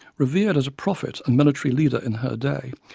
revered as a prophet and military leader in her day,